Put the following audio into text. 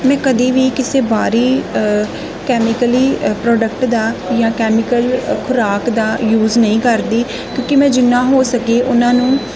ਮੈਂ ਕਦੀ ਵੀ ਕਿਸੇ ਬਾਹਰੀ ਕੈਮੀਕਲੀ ਪ੍ਰੋਡਕਟ ਦਾ ਜਾਂ ਕੈਮੀਕਲ ਖੁਰਾਕ ਦਾ ਯੂਸ ਨਹੀਂ ਕਰਦੀ ਕਿਉਂਕਿ ਮੈਂ ਜਿੰਨਾ ਹੋ ਸਕੇ ਉਨ੍ਹਾਂ ਨੂੰ